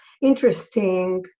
interesting